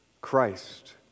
Christ